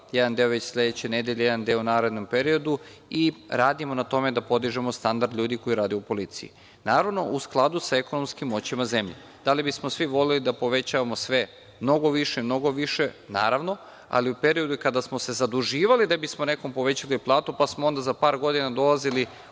jedan deo već sledeće nedelje, jedan deo u narednom periodu i radimo na tome da podižemo standard ljudi koji rade u policiji. Naravno, u skladu sa ekonomskim moćima zemlje. Da li bismo svi voleli da povećavamo sve mnogo više, mnogo više. Naravno, ali u periodu kada smo se zaduživali da bismo nekome povećali platu, pa smo onda za par godina dolazili